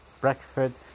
breakfast